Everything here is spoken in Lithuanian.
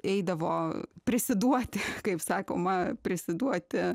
eidavo prisiduoti kaip sakoma prisiduoti